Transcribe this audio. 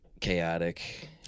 chaotic